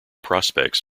prospects